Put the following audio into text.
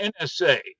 NSA